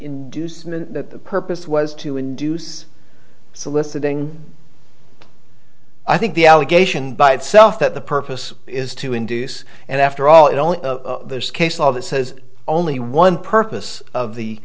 the purpose was to induce soliciting i think the allegation by itself that the purpose is to induce and after all it only there's case law that says only one purpose of the